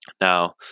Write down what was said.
Now